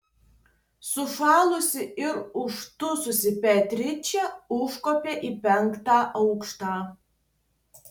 sušalusi ir uždususi beatričė užkopė į penktą aukštą